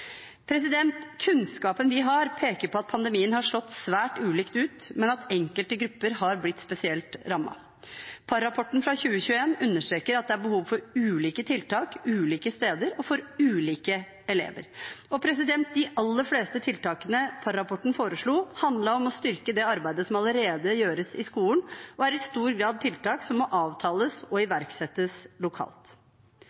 Kunnskapen vi har, peker på at pandemien har slått svært ulikt ut, men at enkelte grupper er blitt spesielt rammet. Parr-rapporten fra 2021 understreker at det er behov for ulike tiltak ulike steder og for ulike elever. De aller fleste tiltakene Parr-rapporten foreslo, handlet om å styrke det arbeidet som allerede gjøres i skolen, og er i stor grad tiltak som må avtales og